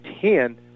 ten